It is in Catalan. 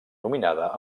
nominada